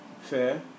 fair